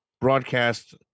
broadcast